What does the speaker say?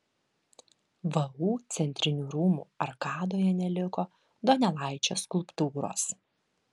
vu centrinių rūmų arkadoje neliko donelaičio skulptūros